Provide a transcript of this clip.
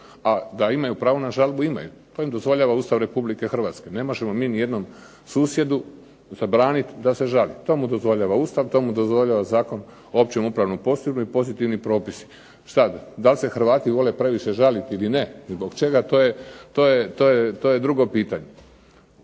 a da imaju pravo na žalbu imaju. To im dozvoljava Ustav Republike Hrvatske. Ne možemo mi ni jednom susjedu zabraniti da se žali. To mu dozvoljava Ustav. To mu dozvoljava Zakon o općem upravnom postupku i pozitivni propisi. Šta ja znam dal' se Hrvati vole previše žaliti ili ne, zbog čega to je drugo pitanje.